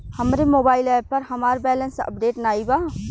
हमरे mobile app पर हमार बैलैंस अपडेट नाई बा